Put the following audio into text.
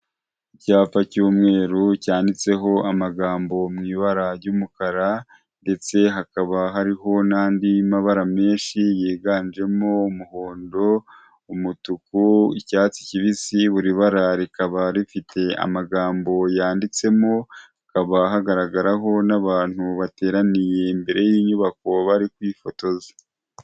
Icyapa cy'umweru cyanditseho amagambo mu ibara ry'umukara ndetse hakaba hariho n'andi mabara menshi yiganjemo umuhondo, umutuku, icyatsi kibisi, buri bara rikaba rifite amagambo yanditsemo hakaba hagaragaraho n'abantu bateraniye imbere y'inyubako bari kwifotoza.